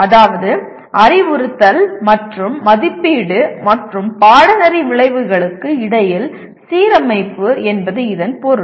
அதாவது அறிவுறுத்தல் மற்றும் மதிப்பீடு மற்றும் பாடநெறி விளைவுகளுக்கு இடையில் சீரமைப்பு என்பது இதன் பொருள்